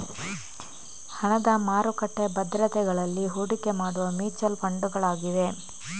ಹಣದ ಮಾರುಕಟ್ಟೆ ಭದ್ರತೆಗಳಲ್ಲಿ ಹೂಡಿಕೆ ಮಾಡುವ ಮ್ಯೂಚುಯಲ್ ಫಂಡುಗಳಾಗಿವೆ